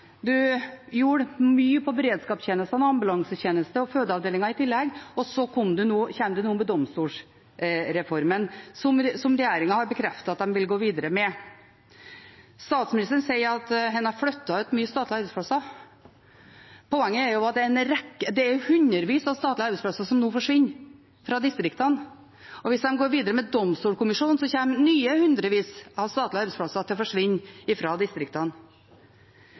gjorde mye på beredskapstjenesten og ambulansetjenesten – og på fødeavdelinger i tillegg – og så kommer en nå med domstolsreformen, som regjeringen har bekreftet at den vil gå videre med. Statsministeren sier at en har flyttet ut mange statlige arbeidsplasser. Poenget er at det er hundrevis av statlige arbeidsplasser som nå forsvinner fra distriktene, og hvis en går videre med Domstolkommisjonen, kommer nye hundrevis av statlige arbeidsplasser til å forsvinne fra distriktene.